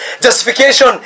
Justification